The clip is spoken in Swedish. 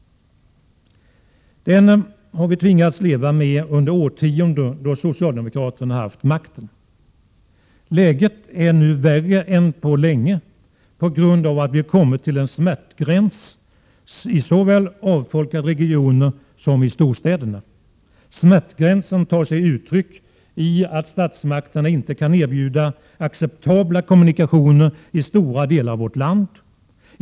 Den har vi tvingats leva med under årtionden då socialdemokraterna haft makten. Läget är nu värre än på länge på grund av att vi kommit till en smärtgräns såväl i avfolkade regioner som i storstäderna. Smärtgränsen tar sig uttryck i att statsmakterna inte kan erbjuda acceptabla kommunikationer i stora delar av vårt land.